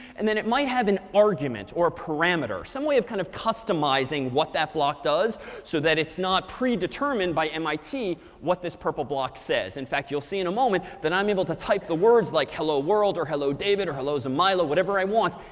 and then it might have an argument or a parameter some way of kind of customizing what that block does so that it's not pre-determined by mit what this purple block says. in fact, you'll see in a moment that i'm able to type the words like hello world, or hello david, or hello zamayla, or whatever i want,